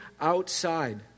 outside